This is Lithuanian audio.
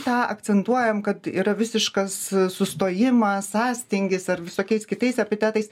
tą akcentuojam kad yra visiškas sustojimas sąstingis ar visokiais kitais epitetais